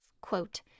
quote